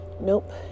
Nope